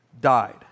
died